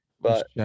but-